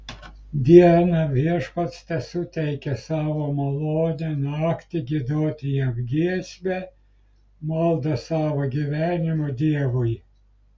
dieną viešpats tesuteikia savo malonę naktį giedoti jam giesmę maldą savo gyvenimo dievui